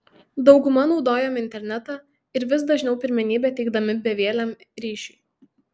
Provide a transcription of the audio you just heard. dauguma naudojame internetą ir vis dažniau pirmenybę teikdami bevieliam ryšiui